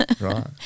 Right